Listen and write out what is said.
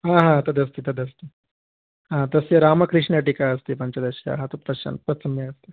आ हा तदस्ति तदस्ति हा तस्य रामकृष्णटीका अस्ति पञ्चदश्याः तत्पश्यन्तु तत्सम्यगस्ति